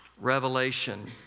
revelation